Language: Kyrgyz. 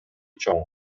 чоң